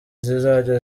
zizajya